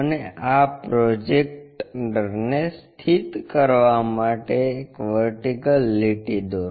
અને આ પ્રોજેક્ટરને સ્થિત કરવા માટે એક વર્ટિકલ લીટી દોરો